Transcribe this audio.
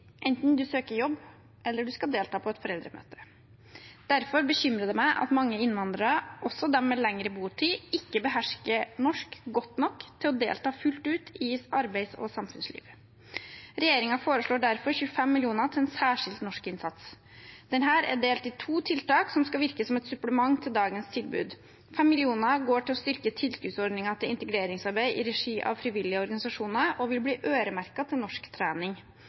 enten man søker jobb eller skal delta på et foreldremøte. Derfor bekymrer det meg at mange innvandrere, også de med lengre botid, ikke behersker norsk godt nok til å kunne delta fullt ut i arbeids- og samfunnsliv. Regjeringen foreslår derfor 25 mill. kr til en særskilt norskinnsats. Den er delt i to tiltak som skal virke som et supplement til dagens tilbud. 5 mill. kr går til å styrke tilskuddsordningen til integreringsarbeid i regi av frivillige organisasjoner og vil bli øremerket til norsktrening. Vi vet at mange trenger å praktisere norsk